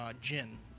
gin